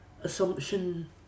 assumption